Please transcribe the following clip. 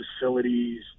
facilities